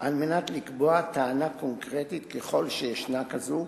על מנת לקבוע טענה קונקרטית, ככל שישנה כזאת,